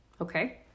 Okay